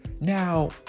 Now